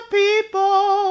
people